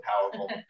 powerful